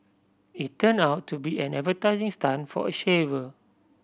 it turn out to be an advertising stunt for a shaver